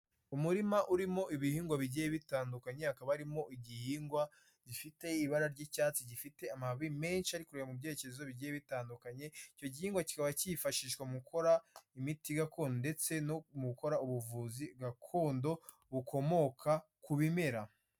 Umurima urimo ibihingwa bigiye bitandukanye, hakaba harimo igihingwa gifite ibara ry'icyatsi, gifite amababi menshi ari kureba mu byerekezo bigiye bitandukanye, icyo gihingwa kikaba cyifashishwa mu gukora imiti gakondo, ndetse no mu gukora ubuvuzi gakondo bukomoka ku bimera.